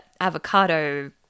avocado